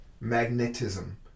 magnetism